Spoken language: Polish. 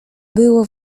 było